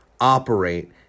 operate